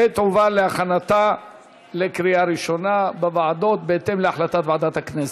ותועבר להכנתה לקריאה ראשונה בוועדה בהתאם להחלטת ועדת הכנסת.